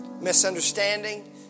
misunderstanding